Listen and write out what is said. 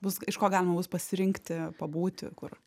bus iš ko galima bus pasirinkti pabūti kur